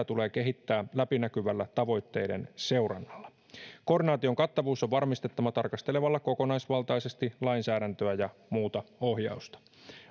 tulee kehittää läpinäkyvällä tavoitteiden seurannalla koordinaation kattavuus on varmistettava tarkastelemalla kokonaisvaltaisesti lainsäädäntöä ja muuta ohjausta